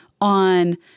on